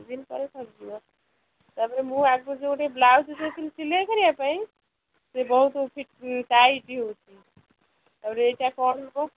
ଦୁଇ ଦିନ ପରେ ସରିଯିବ ତାପରେ ମୁଁ ଆଗରୁ ଯେଉଁଠି ବ୍ଲାଉଜ୍ ଦେଇଥିଲି ସିଲେଇ କରିବା ପାଇଁ ସେ ବହୁତ ଫିଟ୍ ଟାଇଟ୍ ହେଉଛି ତାପରେ ଏଇଟା କ'ଣ ହେବ